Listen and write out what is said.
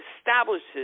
establishes